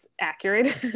accurate